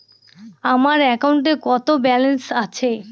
আমার অ্যাকাউন্টে কত ব্যালেন্স আছে?